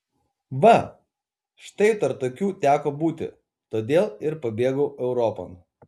va štai tarp tokių teko būti todėl ir pabėgau europon